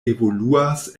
evoluas